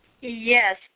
Yes